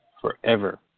forever